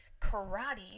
karate